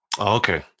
Okay